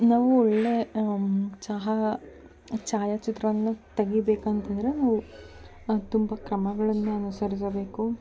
ನಾವು ಒಳ್ಳೆಯ ಚಹಾ ಛಾಯಾಚಿತ್ರವನ್ನು ತೆಗಿಬೇಕು ಅಂತಂದರೆ ನಾವು ತುಂಬ ಕ್ರಮಗಳನ್ನು ಅನುಸರಿಸಬೇಕು